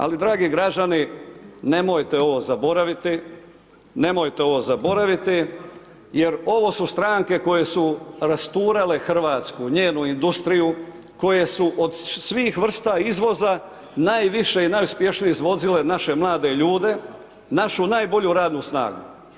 Ali dragi građani, nemojte ovo zaboraviti, nemojte ovo zaboraviti jer ovo su stranke koje su rasturale Hrvatsku njenu industriju, koje su od svih vrsta izvoza najviše i najuspješnije izvozile naše mlade ljude, našu najbolju radnu snagu.